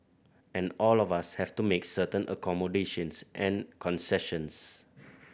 and all of us have to make certain accommodations and concessions